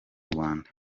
rwanda